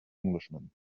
englishman